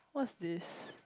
what's this